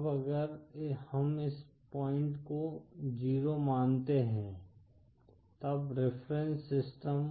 अब अगर हम इस पॉइंट को 0 मानते हैं तब रिफरेन्स सिस्टम